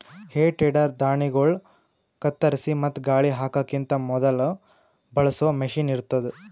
ಹೇ ಟೆಡರ್ ಧಾಣ್ಣಿಗೊಳ್ ಕತ್ತರಿಸಿ ಮತ್ತ ಗಾಳಿ ಹಾಕಕಿಂತ ಮೊದುಲ ಬಳಸೋ ಮಷೀನ್ ಇರ್ತದ್